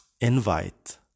invite